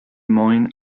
moines